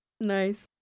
Nice